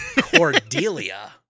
Cordelia